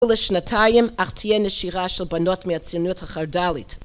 ולשנתיים אך תהיה נשירה של בנות מהציונות החרדלית.